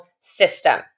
system